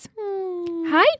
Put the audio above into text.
Hi